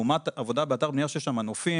לעומת העבודה באתר בניה שיש שם מנופים